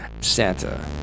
Santa